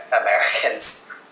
Americans